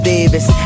Davis